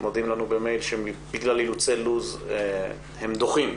הודיעו לנו במייל שבגלל אילוצי לוח זמנים הם דוחים.